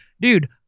dude